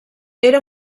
era